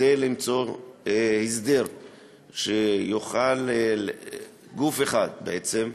כדי למצוא הסדר שיוכל, גוף אחד בעצם,